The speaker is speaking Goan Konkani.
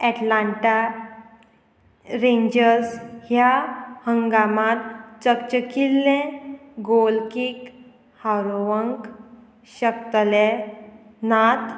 एटलांटा रेंजर्स ह्या हंगामांत चकचकिल्ले गोलकीक हारोवंक शकतले नात